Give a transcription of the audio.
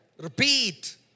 Repeat